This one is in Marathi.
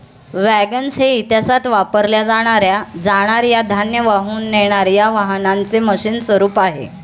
वॅगन्स हे इतिहासात वापरल्या जाणार या धान्य वाहून नेणार या वाहनांचे मशीन स्वरूप आहे